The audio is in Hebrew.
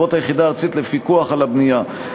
לרבות היחידה הארצית לפיקוח על הבנייה,